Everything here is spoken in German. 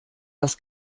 das